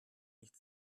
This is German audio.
nicht